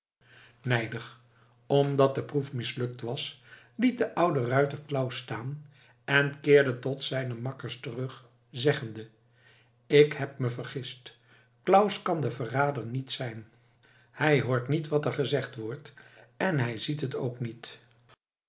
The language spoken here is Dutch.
nijdig omdat de proef mislukt was liet de oude ruiter claus staan en keerde tot zijne makkers terug zeggende ik heb me vergist claus kan de verrader niet zijn hij hoort niet wat er gezegd wordt en hij ziet het niet